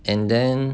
and then